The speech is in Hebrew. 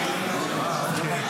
לא וידיאו.